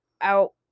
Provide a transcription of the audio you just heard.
out